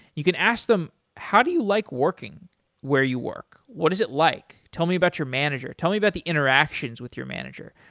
you can ask them, how do you like working where you work? what does it like? tell me about your manager. tell me about the interactions with your manager.